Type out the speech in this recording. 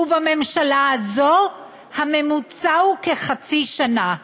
ובממשלה הזאת הממוצע הוא כחצי שנה.